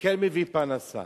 וכן מביא פרנסה